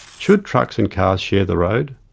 should trucks and cars share the road?